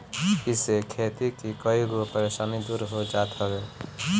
इसे खेती के कईगो परेशानी दूर हो जात हवे